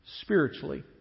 spiritually